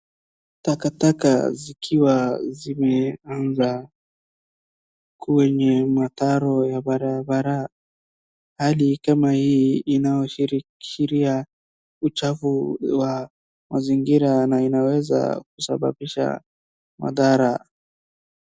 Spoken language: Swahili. Taka taka zikiwa zimeanza kwenye mtaro ya barabara. Hali kama hii inaashiria uchafu wa mazingira na inaweza kusababisha madhara.